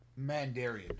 Mandarian